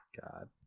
God